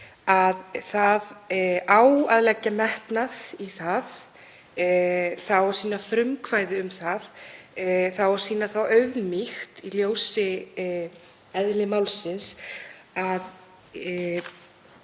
að það á að leggja metnað í það og sýna frumkvæði um það og það á að sýna þá auðmýkt í ljósi eðlis málsins að